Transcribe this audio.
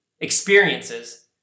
experiences